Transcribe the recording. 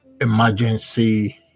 emergency